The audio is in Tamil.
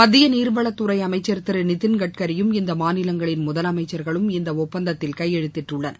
மத்திய நீர்வளத்துறை அமைச்சர் திரு நிதின் கட்கரியும் இந்த மாநிலங்களின் முதலமைச்சர்களும் இந்த ஒப்பந்தத்தில் கையெழுத்திட்டுள்னர்